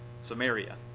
Samaria